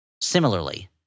Similarly